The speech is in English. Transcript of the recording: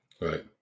Right